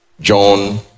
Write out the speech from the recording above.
John